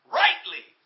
rightly